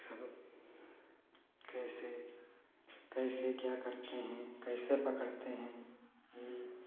तो कैसे कैसे क्यों करते हैं कैसे पकड़ते हैं ये